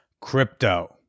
crypto